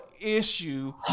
issue